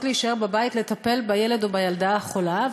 להישאר בבית לטפל בילד או בילדה החולה,